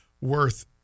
worth